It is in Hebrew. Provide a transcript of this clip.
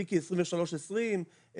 ויקי 23.20,